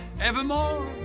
evermore